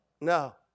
No